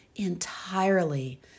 entirely